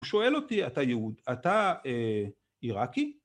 הוא שואל אותי, אתה יהוד, אתה אה עיראקי?